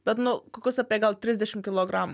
bet nu kokius apie gal trisdešimt kilogramų